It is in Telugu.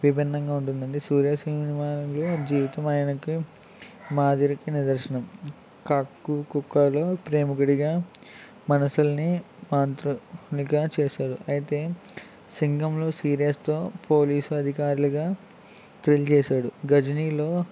విభిన్నంగా ఉంటుందండి సూర్య సినిమాలో జీవితం ఆయనకి మాదిరికి నిదర్శనం కాక్కు కుక్కాలో ప్రేమికుడిగా మనుసుల్ని మాంత్రునిగా చేశారు అయితే సింగం లో సీరియస్తో పోలీసు అధికారులుగా డ్రిల్ చేశాడు గజినీలో